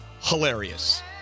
hilarious